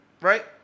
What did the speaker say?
right